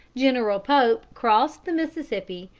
general pope crossed the mississippi,